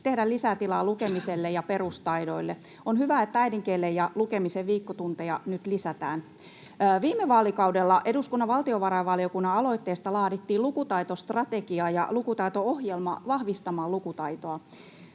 tehdä lisätilaa lukemiselle ja perustaidoille. On hyvä, että äidinkielen ja lukemisen viikkotunteja nyt lisätään. Viime vaalikaudella eduskunnan valtiovarainvaliokunnan aloitteesta laadittiin lukutaitostrategia ja lukutaito-ohjelma vahvistamaan lukutaitoa.